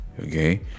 Okay